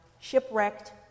shipwrecked